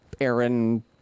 Aaron